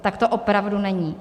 Tak to opravdu není.